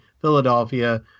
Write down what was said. Philadelphia